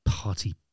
party